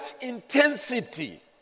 intensity